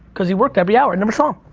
cause he worked every hour, never saw him.